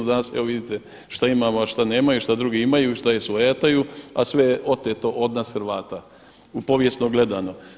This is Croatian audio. Danas evo vidite šta imamo, a šta nemamo, šta drugi imaju, šta svojataju a sve je oteto od nas Hrvata, povijesno gledano.